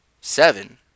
Seven